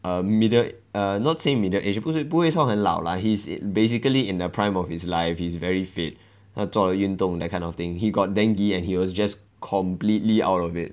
a middle err not say middle age 不会不会说很老 lah he's basically in the prime of his life he's very fit 他做运动 that kind of thing he got dengue and he was just completely out of it